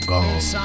Gone